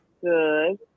good